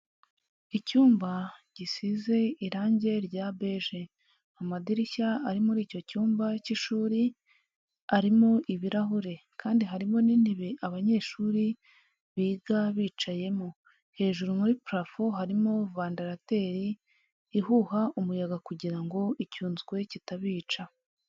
Icyumba gisize irangi rya beje. Amadirishya ari muri icyo cyumba k'ishuri arimo ibirahure kandi harimo n'intebe abanyeshuri biga bicayemo. Hejuru muri purafo harimo vandarateri ihuha umuyaga kugira ngo icyunzwe kitabica.